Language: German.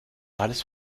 alles